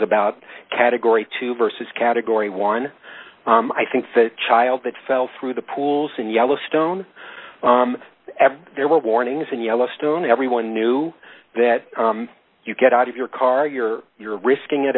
about category two versus category one i think the child that fell through the pools in yellowstone ever there were warnings in yellowstone everyone knew that you get out of your car you're you're risking